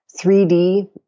3D